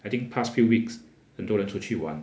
I think past few weeks 很多人出去玩